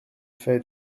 fait